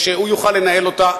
והוא יוכל לנהל אותה,